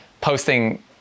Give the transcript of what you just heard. posting